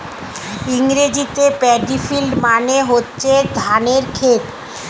ইংরেজিতে paddy field মানে হচ্ছে ধানের ক্ষেত